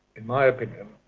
in my opinion,